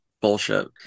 Bullshit